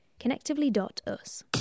Connectively.us